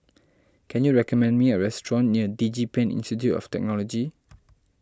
can you recommend me a restaurant near DigiPen Institute of Technology